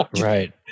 right